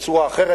בצורה אחרת,